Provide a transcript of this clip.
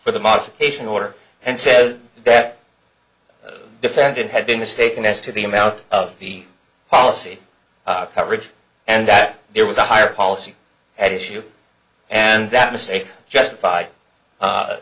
for the modification order and says that the defendant had been mistaken as to the amount of the policy coverage and that there was a higher policy at issue and that mistake justified